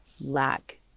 lack